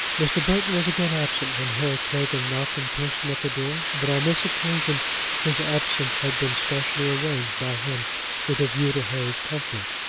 mr. burton was again absent when harry clavering knocked in person at the door but on this occasion his absence had been specially arranged by him with a view to harry's comfort.